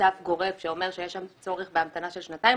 סף גורף שאומר שיש צורך בהמתנה של שנתיים,